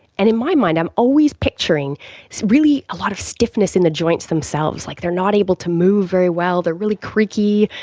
and in my mind i'm always picturing really a lot of stiffness in the joints themselves. like they are not able to move very well, they are really creaky.